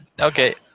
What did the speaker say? okay